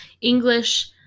English